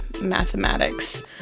mathematics